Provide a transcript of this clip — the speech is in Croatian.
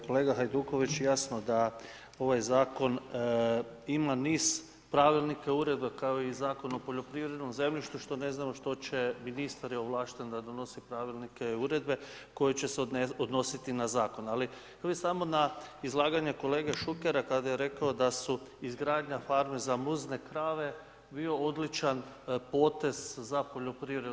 Kolega Hajduković jasno da ovaj zakon ima niz pravilnika i uredbi kao i Zakon o poljoprivrednom zemljištu što ne znam što će, ministar je ovlašten da donosi pravilnike, uredbe koji će se odnositi na zakon ali htio bi sam na izlaganje kolege Šukera kad je rekao da bi izgradnja farme za muzne krave bio odličan potez za poljoprivredu.